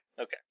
okay